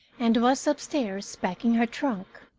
and was upstairs packing her trunk.